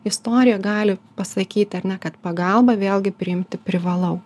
istorija gali pasakyti ar ne kad pagalbą vėlgi priimti privalau